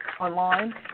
online